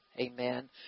Amen